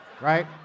right